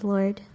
Lord